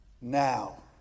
now